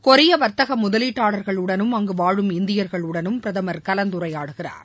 கொரிய வர்த்தக முதலீட்டாளர்களுடனும் அங்கு வாழும் இந்தியர்களுடனும் பிரதமர் கலந்துரையாடுகிறார்